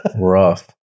rough